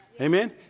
Amen